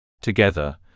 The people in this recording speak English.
Together